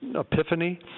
epiphany